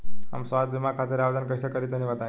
हम स्वास्थ्य बीमा खातिर आवेदन कइसे करि तनि बताई?